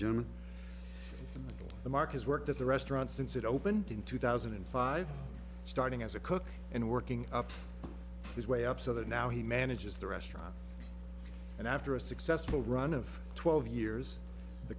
major the mark has worked at the restaurant since it opened in two thousand and five starting as a cook and working up to his way up so that now he manages the restaurant and after a successful run of twelve years the